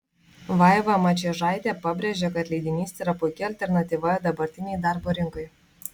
vaiva mačiežaitė pabrėžė kad leidinys yra puiki alternatyva dabartinei darbo rinkai